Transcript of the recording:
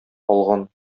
алган